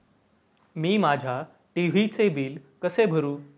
मी माझ्या टी.व्ही चे बिल कसे भरू?